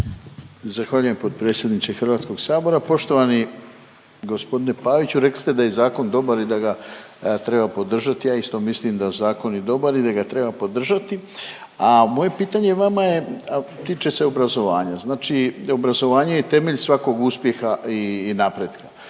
Zahvaljujem potpredsjedniče HS-a. Poštovani g. Paviću rekli ste da je zakon dobar i da ga treba podržati, ja isto mislim da je zakon dobar i da ga treba podržati. A moje pitanje vama je, a tiče se obrazovanje, znači obrazovanje je temelj svakog uspjeha i napretka